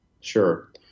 Sure